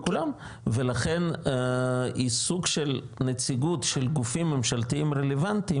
כולם ולכן היא סוג של נציגות של גופים ממשלתיים רלוונטיים